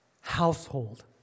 household